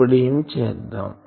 ఇప్పుడు ఏమి చేద్దాం